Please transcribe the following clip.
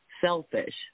selfish